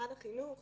משרד החינוך